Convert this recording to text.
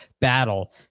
battle